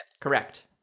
Correct